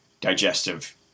digestive